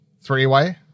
Three-Way